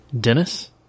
dennis